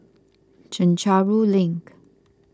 Chencharu Link